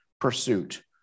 pursuit